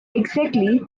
exactly